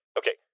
okay